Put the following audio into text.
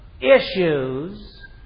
issues